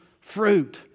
fruit